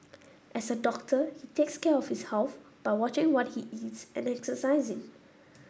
as a doctor he takes care of his health by watching what he eats and exercising